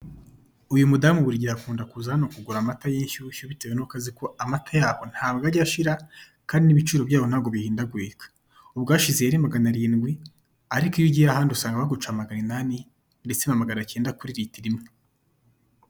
Uyu mudamu buri gihe akunda kuza hano kugura amata y'inshyushyu bitewe nuko azi ko amata yaho ntabwo ajya ashira kandi n'ibiciro byaho ntago bihindagurika, ubwashize yari maganarindwi ariko iyo ugiye ahandi usanga baguca maganinani ndetse na maganacyenda kuri litiro imwe.